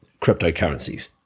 cryptocurrencies